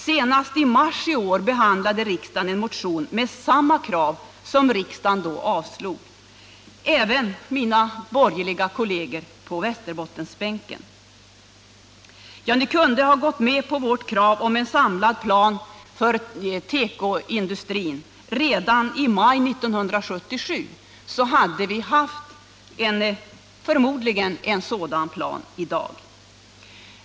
Senast i mars detta år behandlade riksdagen en motion med samma krav, som riksdagen då avslog — även mina borgerliga kolleger på Västerbottensbänken. Ni kunde ha gått med på vårt krav om en samlad plan för tekoindustrin redan i maj 1977. I så fall hade vi förmodligen haft en sådan plan i dag.